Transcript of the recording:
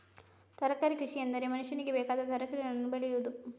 ತರಕಾರಿ ಕೃಷಿಎಂದರೆ ಮನುಷ್ಯನಿಗೆ ಬೇಕಾದ ತರಕಾರಿಗಳನ್ನು ಬೆಳೆಯುವುದು